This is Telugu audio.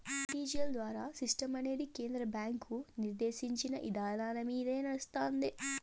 ఆర్టీజీయస్ ద్వారా సిస్టమనేది కేంద్ర బ్యాంకు నిర్దేశించిన ఇదానాలమింద నడస్తాంది